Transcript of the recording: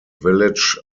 village